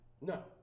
No